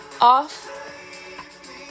off